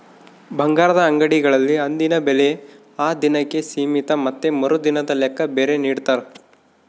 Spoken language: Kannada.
ಬಂಗಾರದ ಅಂಗಡಿಗಳಲ್ಲಿ ಅಂದಿನ ಬೆಲೆ ಆ ದಿನಕ್ಕೆ ಸೀಮಿತ ಮತ್ತೆ ಮರುದಿನದ ಲೆಕ್ಕ ಬೇರೆ ನಿಡ್ತಾರ